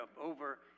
over